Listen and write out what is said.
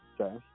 okay